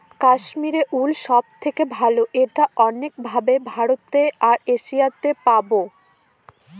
Kashmiri wool সব থেকে ভালো এটা অনেক ভাবে ভারতে আর এশিয়াতে পাবো